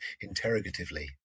interrogatively